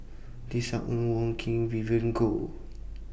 Tisa Ng Wong Keen Vivien Goh